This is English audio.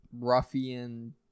ruffian